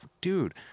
dude